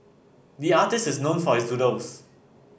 the artist is known for his doodles